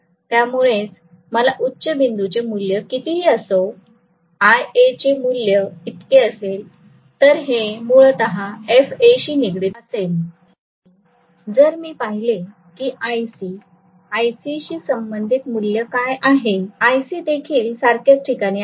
त्यामुळेच मला उच्च बिंदूचे मूल्य कितीही असो iA चे मूल्य इतके असेल तर हे मूलतः FA शी निगडित असेल आणि मी जर पाहिले की iC ic शी संबंधित मूल्य काय आहे iC देखील सारख्याच ठिकाणी आहे